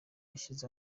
yashyize